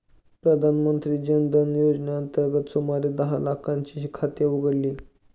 प्रधानमंत्री जन धन योजनेअंतर्गत सुमारे दहा लाख लोकांची खाती उघडली